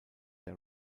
der